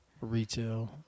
Retail